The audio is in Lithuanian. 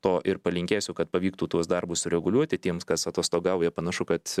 to ir palinkėsiu kad pavyktų tuos darbus sureguliuoti tiems kas atostogauja panašu kad